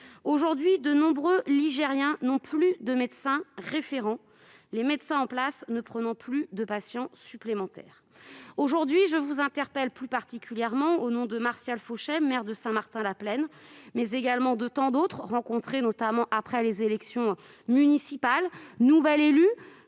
Aujourd'hui, de nombreux Ligériens n'ont plus de médecin référent, les médecins en place n'acceptant plus de patients supplémentaires. Aujourd'hui, je vous interpelle plus particulièrement au nom de Martial Fauchet, maire de Saint-Martin-la-Plaine, et de tant d'autres, rencontrés notamment après les élections municipales. Qu'ils